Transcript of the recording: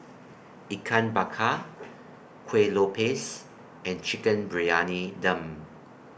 Ikan Bakar Kueh Lopes and Chicken Briyani Dum